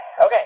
Okay